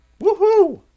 Woohoo